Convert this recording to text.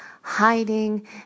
hiding